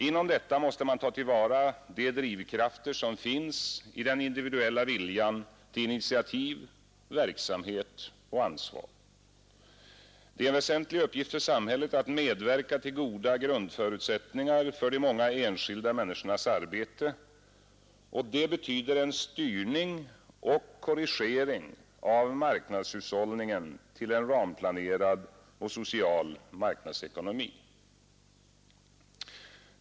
Inom detta måste man ta till vara de drivkrafter som finns i den individuella viljan till initiativ, verksamhet och ansvar. Det är en väsentlig uppgift för samhället att medverka till goda grundförutsättningar för de många enskilda människornas arbete. Det betyder en styrning och korrigering av marknadshushållningen till en ramplanerad och social marknadsekonomi.